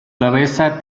cabeza